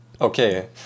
Okay